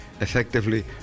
effectively